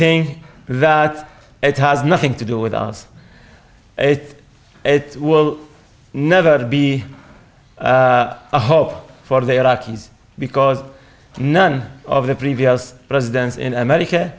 thing that it has nothing to do with us it will never be a hope for the iraqis because none of the previous presidents in america